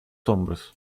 hombros